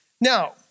Now